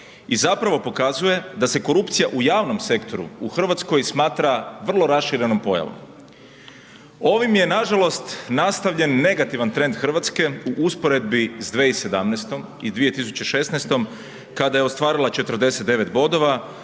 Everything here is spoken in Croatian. i zapravo pokazuje da se korupcija u javnom sektoru u Hrvatskoj smatra vrlo raširenom pojavom. Ovim je nažalost nastavljen negativan trend Hrvatske u usporedbi sa 2017. i 2016. kada je ostvarila 49 bodova